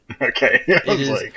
Okay